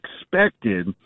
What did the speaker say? expected